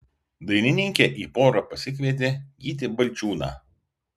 dainininkė į porą pasikvietė gytį balčiūną